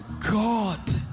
God